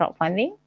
crowdfunding